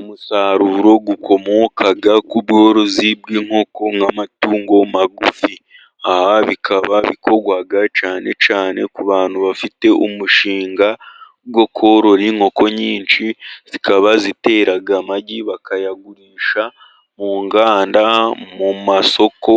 Umusaruro ukomoka ku bworozi bw'inkoko nk'amatungo magufi, aha bikaba bikorwa cyane cyane ku bantu bafite umushinga wo korora inkoko nyinshi, zikaba zitera amagi, bakayagurisha mu nganda, mu masoko